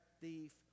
thief